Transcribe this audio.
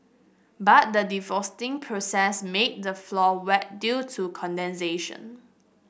but the defrosting process made the floor wet due to condensation